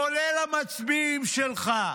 כולל המצביעים שלך.